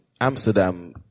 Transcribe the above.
Amsterdam